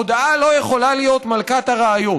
הודאה לא יכולה להיות מלכת הראיות.